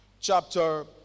chapter